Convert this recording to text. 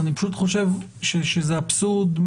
אני פשוט חושב שזה אבסורד,